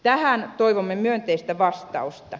tähän toivomme myönteistä vastausta